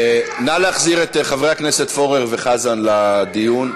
נא להחזיר את חברי הכנסת פורר וחזן לדיון,